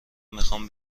میخوام